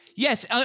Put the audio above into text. Yes